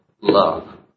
love